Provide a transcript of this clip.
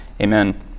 amen